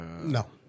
No